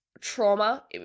trauma